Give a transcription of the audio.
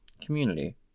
community